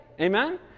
Amen